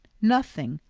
nothing!